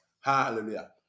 Hallelujah